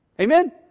Amen